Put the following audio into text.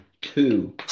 Two